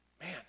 Man